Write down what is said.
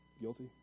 Guilty